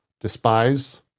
despise